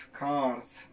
cards